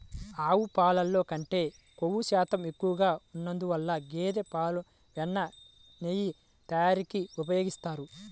ఆవు పాలల్లో కంటే క్రొవ్వు శాతం ఎక్కువగా ఉన్నందువల్ల గేదె పాలను వెన్న, నెయ్యి తయారీకి ఉపయోగిస్తారు